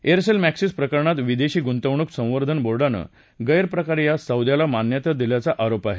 Aircel Maxis प्रकरणात विदेशी गृंतवणूक संवर्धन बोर्डानं गैरप्रकारे या सौद्याला मान्यता दिल्याचा आरोप आहे